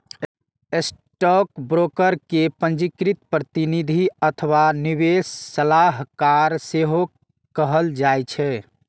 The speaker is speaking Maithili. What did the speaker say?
स्टॉकब्रोकर कें पंजीकृत प्रतिनिधि अथवा निवेश सलाहकार सेहो कहल जाइ छै